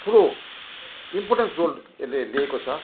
ठुलो important role यसले लिएको छ